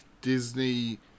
Disney